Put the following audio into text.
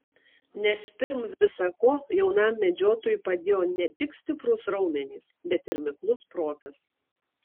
nes pirm visa ko jaunam medžiotojui padėjo ne tik stiprūs raumenys bet ir miklus protas